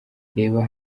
reba